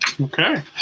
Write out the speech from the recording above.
Okay